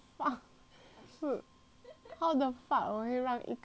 how the fuck 我会让一个人 shave 我的 eyebrows